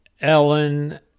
Ellen